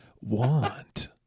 Want